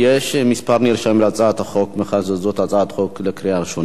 יש כמה נרשמים להצעת החוק מאחר שזו הצעת חוק לקריאה ראשונה.